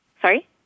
Sorry